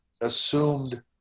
assumed